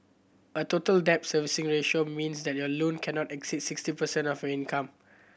a Total Debt Servicing Ratio means that your loan cannot exceed sixty percent of income